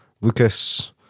Lucas